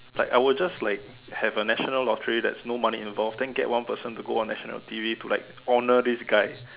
like I would just like have a national lottery that's no money involved and get one person to go on national T_V to like honour this guy